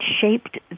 shaped